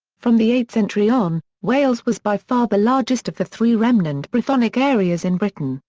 from the eighth century on, wales was by far the largest of the three remnant brythonic areas in britain,